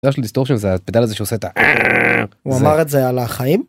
יש לי סטור של זה הפדל זה שעושה את זה. הוא אמר את זה על החיים?